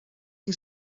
qui